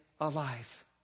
alive